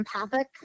empathic